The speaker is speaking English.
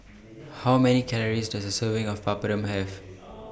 How Many Calories Does A Serving of Papadum Have